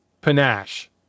panache